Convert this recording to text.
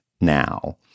now